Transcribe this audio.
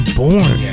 born